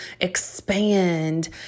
expand